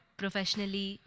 professionally